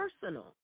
personal